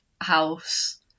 house